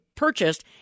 purchased